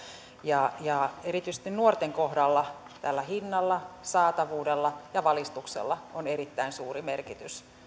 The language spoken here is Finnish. ja ja erityisesti nuorten kohdalla tällä hinnalla saatavuudella ja valistuksella on erittäin suuri merkitys